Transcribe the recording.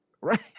right